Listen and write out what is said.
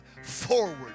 forward